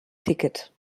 ticket